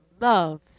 love